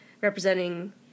representing